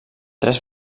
tres